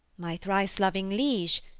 my thrice loving liege,